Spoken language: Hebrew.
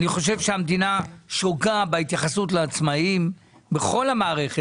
אני חושב שהמדינה שוגה בהתייחסות לעצמאים בכל המערכת,